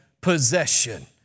possession